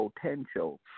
potential